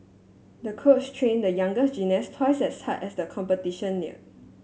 the coach train the young gymnast twice as hard as the competition neared